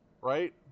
right